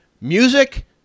Music